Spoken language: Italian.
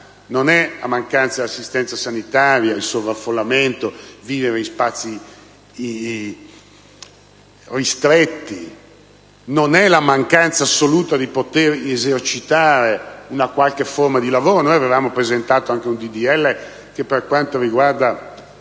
non è la mancanza di assistenza sanitaria, il sovraffollamento, vivere in spazi ristretti, non è la mancanza assoluta della possibilità di esercitare una qualche forma di lavoro. Noi avevamo presentato anche un disegno di legge che, per quanto riguarda